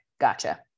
gotcha